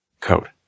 code